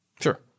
sure